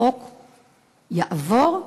החוק יעבור,